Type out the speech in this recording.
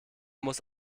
muss